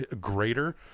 greater